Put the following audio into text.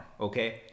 Okay